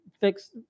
fix